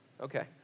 okay